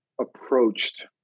approached